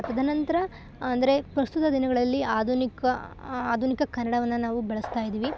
ತದನಂತರ ಅಂದರೆ ಪ್ರಸ್ತುತ ದಿನಗಳಲ್ಲಿ ಆಧುನಿಕ ಆಧುನಿಕ ಕನ್ನಡವನ್ನ ನಾವು ಬಳಸ್ತ ಇದೀವಿ